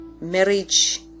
marriage